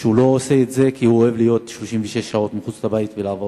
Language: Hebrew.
שהוא לא עושה את זה כי הוא אוהב להיות 36 שעות מחוץ לבית ולעבוד,